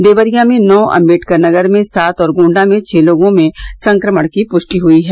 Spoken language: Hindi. देवरिया में नौ अम्बेडकरनगर में सात और गोण्डा में छह लोगों में संक्रमण की पुष्टि हुई है